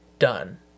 Done